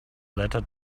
letter